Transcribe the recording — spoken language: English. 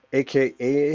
aka